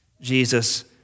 Jesus